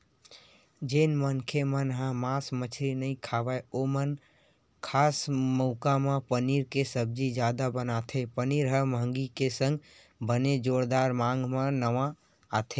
जेन मनखे मन ह मांस मछरी नइ खाय ओमन खास मउका म पनीर के सब्जी जादा बनाथे पनीर ह मंहगी के संग बने जोरदार साग म नांव आथे